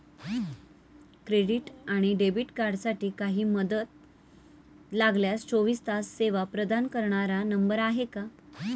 Credit आणि debit कार्डसाठी काही मदत लागल्यास चोवीस तास सेवा प्रदान करणारा नंबर आहे का?